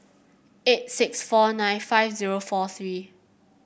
eight six four nine five zero four three